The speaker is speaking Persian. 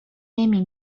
نمی